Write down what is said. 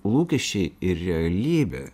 lūkesčiai ir realybė